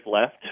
left